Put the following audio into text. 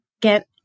get